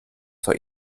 zur